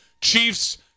Chiefs